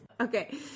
Okay